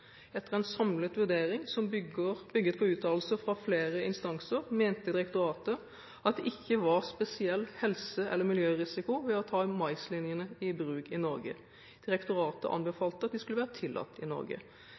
Etter en samlet vurdering, som bygget på uttalelser fra flere instanser, mente direktoratet at det ikke var spesiell helse- eller miljørisiko ved å ta maislinjene i bruk i Norge. Direktoratet anbefalte at de skulle være tillatt i Norge.